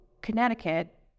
Connecticut